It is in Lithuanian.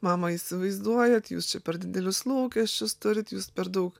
mama įsivaizduojat jūs čia per didelius lūkesčius turite jūs per daug